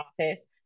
office